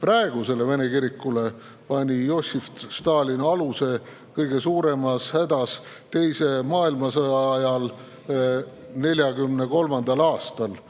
Praegusele Vene kirikule pani Jossif Stalin aluse kõige suuremas hädas teise maailmasõja ajal 1943. aastal.